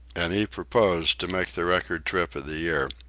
and he purposed to make the record trip of the year.